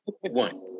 one